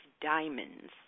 diamonds